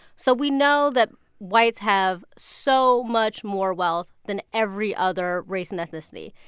so we know that whites have so much more wealth than every other race and ethnicity.